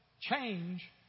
change